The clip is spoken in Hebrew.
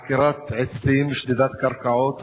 עקירת עצים, שדידת קרקעות.